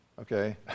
Okay